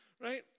Right